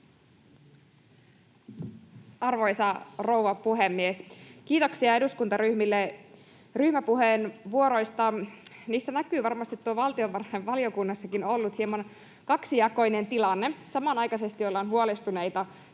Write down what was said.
Arvoisa rouva puhemies! Kiitoksia eduskuntaryhmille ryhmäpuheenvuoroista. Niissä näkyy varmasti tuo valtiovarainvaliokunnassakin ollut hieman kaksijakoinen tilanne. Samanaikaisesti ollaan huolestuneita